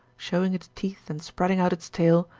showing its teeth and spreading out its tail,